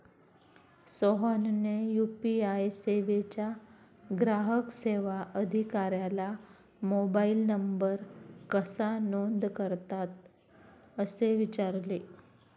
सोहनने यू.पी.आय सेवेच्या ग्राहक सेवा अधिकाऱ्याला मोबाइल नंबर कसा नोंद करतात असे विचारले